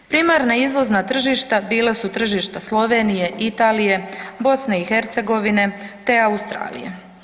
Primarna izvozna tržišta bila su tržišta Slovenije, Italije, BiH te Australije.